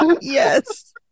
yes